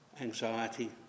anxiety